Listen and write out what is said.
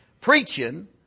preaching